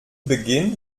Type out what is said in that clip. beginn